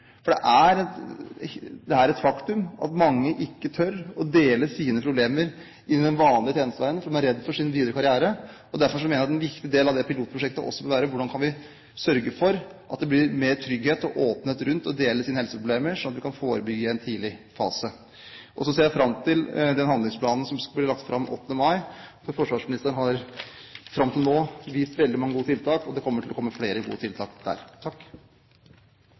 Det er et faktum at mange ikke tør å gå vanlig tjenestevei for å dele sine problemer, fordi man er redd for sin videre karriere. Derfor mener jeg at en viktig del av det pilotprosjektet også bør være hvordan vi kan sørge for at det blir mer trygghet og åpenhet rundt det å dele sine helseproblemer, slik at vi kan forebygge i en tidlig fase. Jeg ser fram til den handlingsplanen som vil bli lagt fram den 8. mai. Forsvarsministeren har fram til nå vist til veldig mange gode tiltak, og det kommer til å komme flere gode tiltak der.